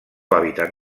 hàbitat